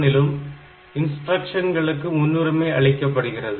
8051 இலும் இன்ஸ்டிரக்ஷன்களுக்கு முன்னுரிமை அளிக்கப்படுகிறது